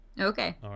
Okay